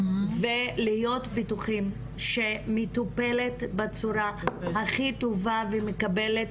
ולהיות בטוחים שהיא מטופלת בצורה הכי טובה ושהיא מקבלת